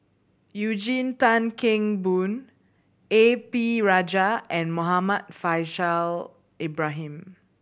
Eugene Tan Kheng Boon A P Rajah and Muhammad Faishal Ibrahim